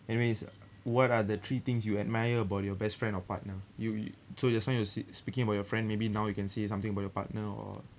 anyways what are the three things you admire about your best friend or partner you so just now you sa~ speaking about your friend maybe now you can say something about your partner or